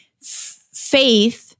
faith